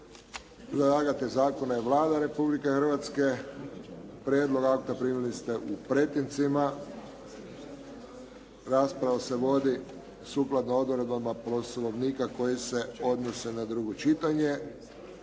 Predlagatelj zakona je Vlada Republike Hrvatske. Prijedlog akta primili ste u pretincima. Rasprava se vodi sukladno odredbama Poslovnika koji se odnose na drugo čitanje.